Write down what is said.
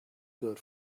good